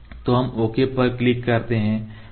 तो हम OK पर क्लिक करते हैं